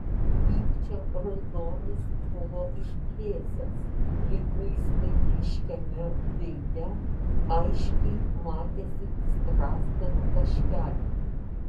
pykčio raudonis buvo išblėsęs liguistai blyškiame veide aiškiai matėsi strazdanų taškeliai